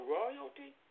royalty